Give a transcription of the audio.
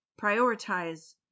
prioritize